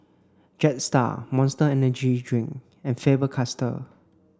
Jetstar Monster Energy Drink and Faber Castell